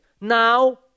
now